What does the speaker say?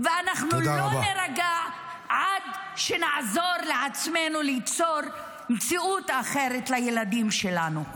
ואנחנו לא נירגע עד שנעזור לעצמנו ליצור מציאות אחרת לילדים שלנו.